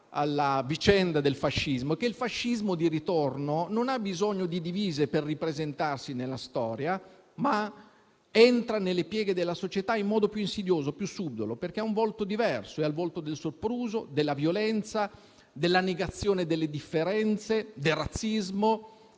alla vicenda del fascismo, poiché il fascismo di ritorno non ha bisogno di divise per ripresentarsi nella storia, ma entra nelle pieghe della società in modo più insidioso e subdolo perché ha un volto diverso: quello del sopruso, della violenza, della negazione delle differenze, del razzismo,